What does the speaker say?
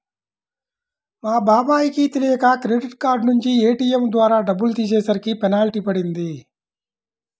మా బాబాయ్ కి తెలియక క్రెడిట్ కార్డు నుంచి ఏ.టీ.యం ద్వారా డబ్బులు తీసేసరికి పెనాల్టీ పడింది